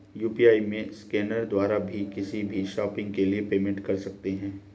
UPI में scanner के द्वारा भी किसी भी शॉपिंग के लिए पेमेंट कर सकते है